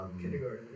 kindergarten